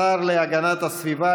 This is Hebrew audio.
השר להגנת הסביבה,